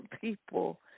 people